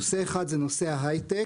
נושא אחד הוא נושא ההייטק